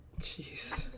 Jeez